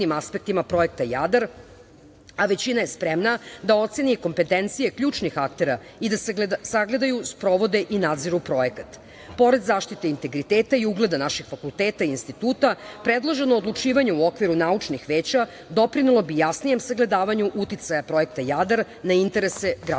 a većina je spremna da oceni kompetencije ključnih aktera i da sagledaju, sprovode i nadziru projekat. Pored zaštite integriteta i ugleda naših fakulteta i instituta, predloženo odlučivanje u okviru naučnih veća doprinelo bi jasnijem sagledavanju uticaja Projekta "Jadar" na interese građana